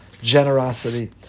generosity